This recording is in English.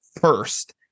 first